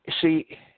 see